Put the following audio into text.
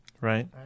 Right